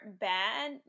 bad